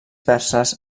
perses